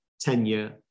tenure